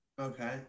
Okay